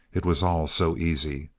it was all so easy.